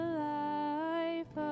life